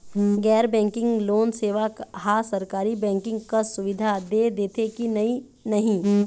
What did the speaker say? गैर banking loan सेवा हा सरकारी बैंकिंग कस सुविधा दे देथे कि नई नहीं?